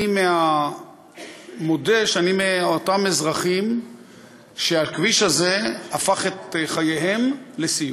אני מודה שאני מאותם אזרחים שהכביש הזה הפך את חייהם לסיוט.